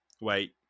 Wait